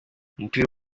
umupira